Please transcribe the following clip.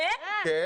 כן.